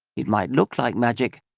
it might look like magic,